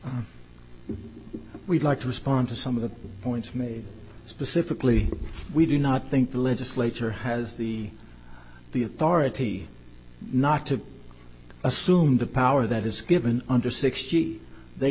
we'd like to respond to some of the points made specifically we do not think the legislature has the the authority not to assume the power that is given under sixty they